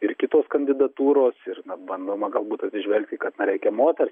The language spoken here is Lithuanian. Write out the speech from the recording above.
ir kitos kandidatūros ir na bandoma galbūt atsižvelgti kad na reikia moters